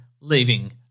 leaving